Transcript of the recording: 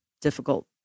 difficult